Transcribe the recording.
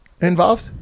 involved